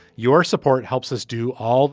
your support helps us do all